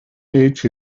each